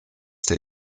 der